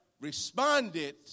responded